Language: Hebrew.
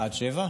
עד 07:00?